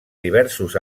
diversos